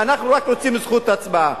אנחנו רק רוצים זכות הצבעה.